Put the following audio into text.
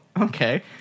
okay